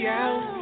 out